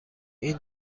این